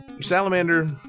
salamander